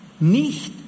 nicht